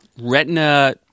Retina